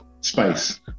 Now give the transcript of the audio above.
space